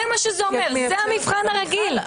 זה מה שזה אומר, זה המבחן הרגיל.